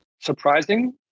Surprising